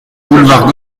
boulevard